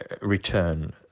return